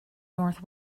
north